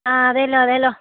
ആ അതേലോ അതേലോ